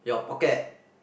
your pocket